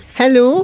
Hello